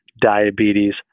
diabetes